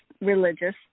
religious